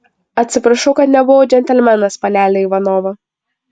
atsiprašau kad nebuvau džentelmenas panele ivanova